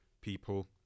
people